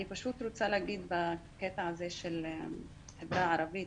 אני פשוט רוצה להגיד בקטע הזה של העדה הערבית,